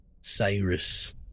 Cyrus